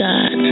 God